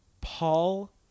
Paul